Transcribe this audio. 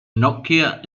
nokia